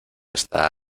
está